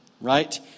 Right